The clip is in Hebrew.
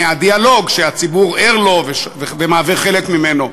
מהדיאלוג שהציבור ער לו ומהווה חלק ממנו.